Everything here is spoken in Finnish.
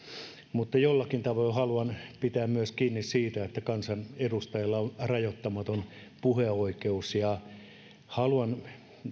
mutta jollakin tavoin haluan pitää myös kiinni siitä että kansanedustajalla on rajoittamaton puheoikeus haluan